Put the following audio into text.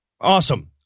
Awesome